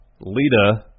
Lita